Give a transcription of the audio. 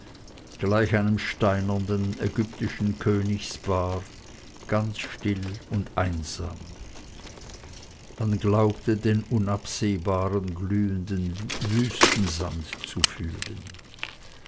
gleich einem steinernen ägyptischen königspaar ganz still und einsam man glaubte den unabsehbaren glühenden wüstensand zu fühlen